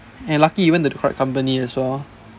and lucky even the correct company as well